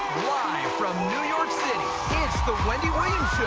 live from new york city, it's the wendy williams